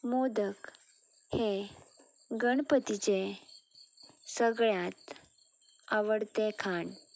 मोदक हे गणपतीचे सगळ्यांत आवडतें खाण